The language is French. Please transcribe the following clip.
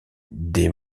des